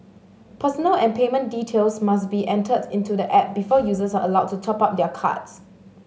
personal and payment details must be entered into the app before users are allowed to top up their cards